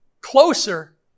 closer